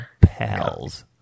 Pals